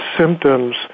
symptoms